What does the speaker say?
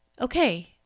Okay